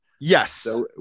Yes